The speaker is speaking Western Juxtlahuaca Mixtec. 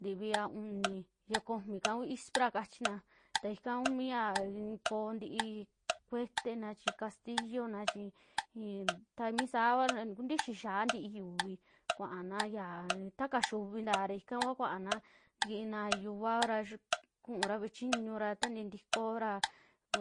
Ntivi ya unii, ya ko'omi ika kuu ispra kachina ta ika kuu mi ya koo ntii kuetena chi, castillona chi ii ta mi sava ntukuntixi xia'a ntii yuuvi kuaana ya, taa kasiuvi ntaa ika kua kuaana ntikina yiuvaora xiikura ve'e chiñu ra tantii ntikoora,